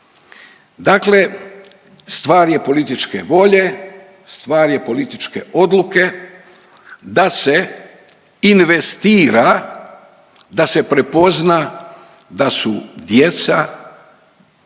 Dakle, stvar je političke volje, stvar je političke odluke da se investira, da se prepozna da su djeca